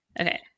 Okay